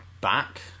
back